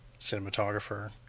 cinematographer